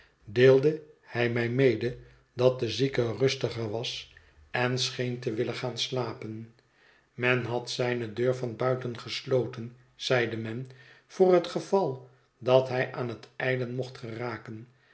deelde hij mij mede dat de zieke rustiger was en scheen te willen gaan slapen men had zijne deur van buiten gesloten zeide men voor het geval dat hij aan het ijlen mocht geraken